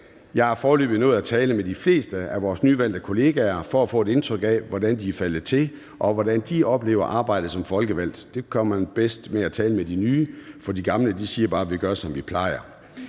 Jeg har foreløbig nået at tale med de fleste af vores nyvalgte kollegaer for at få et indtryk af, hvordan de er faldet til, og hvordan de oplever arbejdet som folkevalgt. Det gør man bedst ved at tale med de nye, for de gamle siger bare: Vi gør, som vi plejer.